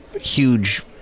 huge